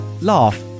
laugh